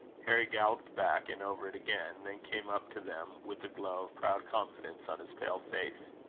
harry galloped back, and over it again then came up to them with a glow of proud confidence on his pale face.